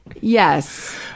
Yes